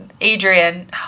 adrian